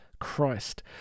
christ